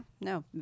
no